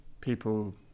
people